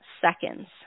seconds